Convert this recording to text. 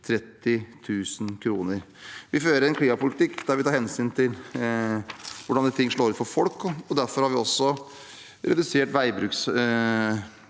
30 000 kr. Vi fører en klimapolitikk der vi tar hensyn til hvordan ting slår ut for folk. Derfor har vi også redusert veibruksavgiften